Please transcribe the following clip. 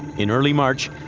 in early march,